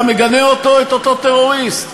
אתה מגנה אותו, את אותו טרוריסט?